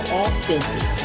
authentic